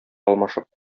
алмашып